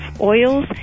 oils